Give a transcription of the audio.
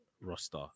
roster